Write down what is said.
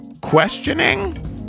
Questioning